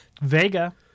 Vega